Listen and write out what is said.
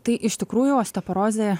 tai iš tikrųjų osteoporozė